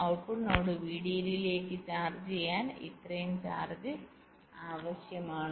output node VDD ലേക്ക് charge ചെയ്യാൻ ഇത്രയും ചാർജ് ആവശ്യമാണ്